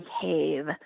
behave